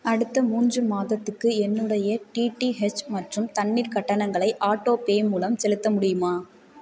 அடுத்த மூன்று மாதத்துக்கு என்னுடைய டிடிஹெச் மற்றும் தண்ணீர் கட்டணங்களை ஆட்டோபே மூலம் செலுத்த முடியுமா